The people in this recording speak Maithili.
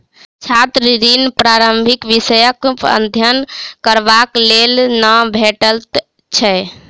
छात्र ऋण पारंपरिक विषयक अध्ययन करबाक लेल नै भेटैत छै